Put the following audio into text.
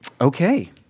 okay